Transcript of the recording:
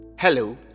Hello